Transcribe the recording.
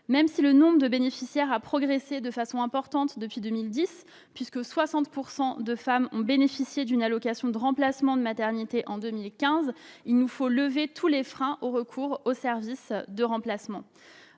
Même si le nombre de bénéficiaires a progressé de façon importante depuis 2010- 60 % de femmes ont bénéficié d'une allocation de remplacement de maternité en 2015 -, il nous faut lever tous les freins au recours au service de remplacement.